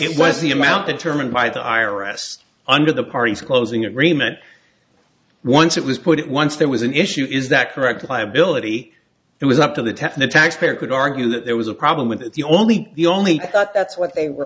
it was the amount that term and by the i r s under the parties closing agreement once it was put at once there was an issue is that correct liability it was up to the test and taxpayer could argue that there was a problem with the only the only thought that's what they were